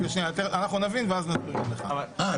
אנחנו נבין ואז --- אה,